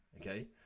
okay